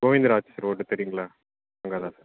Govindaraj road தெரியுங்களா அங்கே தான் சார்